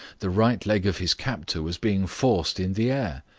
the right leg of his captor was being forced in the air.